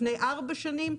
לפני ארבע שנים,